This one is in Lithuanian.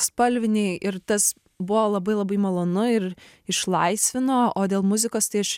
spalviniai ir tas buvo labai labai malonu ir išlaisvino o dėl muzikos tai aš